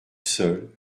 seul